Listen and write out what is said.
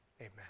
Amen